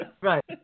Right